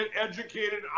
educated